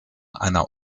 einer